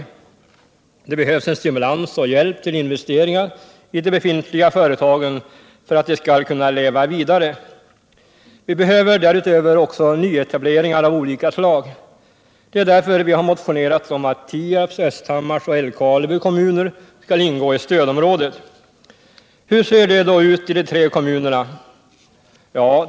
De befintliga företagen behöver stimulans och hjälp till investeringar för att de skall kunna leva vidare. Därutöver behöver man nyetableringar av olika slag. Det är därför vi har motionerat om att Tierps, Östhammars och Älvkarleby kommuner skall ingå i stödområdet. Hur ser det då ut i de tre kommunerna?